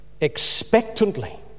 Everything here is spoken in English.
expectantly